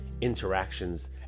interactions